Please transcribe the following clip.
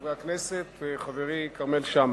תודה רבה, חברי הכנסת, חברי כרמל שאמה,